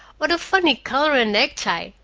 what a funny collar and necktie!